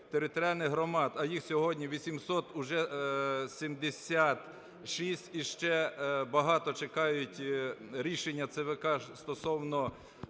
територіальних громад, а їх сьогодні 800 уже, 76 і ще багато чекають рішення ЦВК стосовно